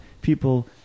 people